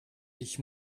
ich